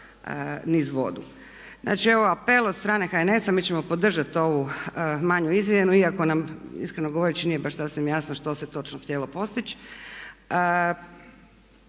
Znači, evo apel od strane HNS-a, mi ćemo podržati ovu manju izmjenu iako nam iskreno govoreći nije baš sasvim jasno što se točno htjelo postići,